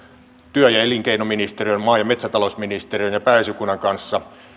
työ ja elinkeinoministeriön maa ja metsätalousministeriön ja pääesikunnan kanssa